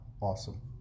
awesome